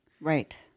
Right